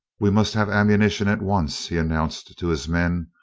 we must have ammunition at once, he announced to his men.